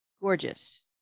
gorgeous